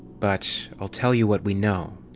but i'll tell you what we know,